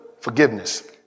forgiveness